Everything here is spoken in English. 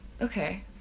Okay